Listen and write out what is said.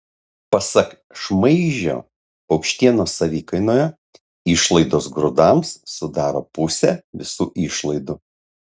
pasak šmaižio paukštienos savikainoje išlaidos grūdams sudaro pusę visų išlaidų